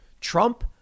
Trump